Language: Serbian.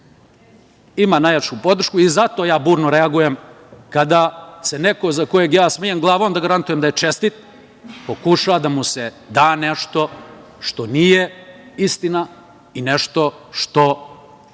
ima najjaču podršku. Zato ja burno reagujem kada se nekom za koga ja smem glavom da garantujem da je čestit pokuša da mu se da nešto što nije istina i nešto što ne